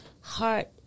heart